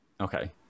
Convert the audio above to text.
okay